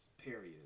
period